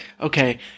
okay